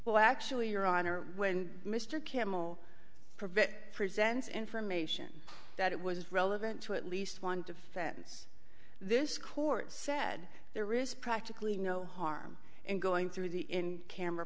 well actually your honor when mr kimmel presents information that it was relevant to at least one defends this court said there is practically no harm in going through the in camera